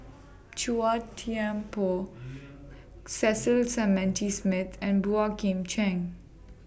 Chua Thian Poh Cecil Clementi Smith and Boey Kim Cheng